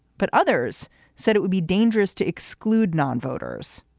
but others said it would be dangerous to exclude non-voters.